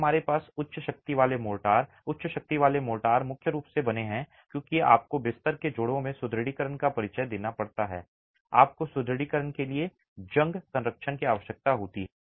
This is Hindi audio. आज हमारे पास उच्च शक्ति वाले मोर्टार और उच्च शक्ति वाले मोर्टार मुख्य रूप से बने हैं क्योंकि आपको बिस्तर के जोड़ों में सुदृढीकरण का परिचय देना पड़ सकता है और आपको सुदृढीकरण के लिए जंग संरक्षण की आवश्यकता होती है